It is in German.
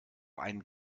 einen